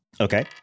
Okay